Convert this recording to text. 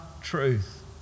truth